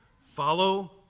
Follow